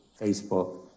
Facebook